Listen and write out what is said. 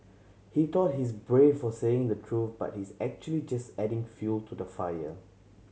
he thought he's brave for saying the truth but he's actually just adding fuel to the fire